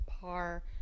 par